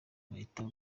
bahita